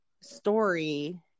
story